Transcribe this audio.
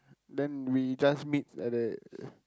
then we just meet at the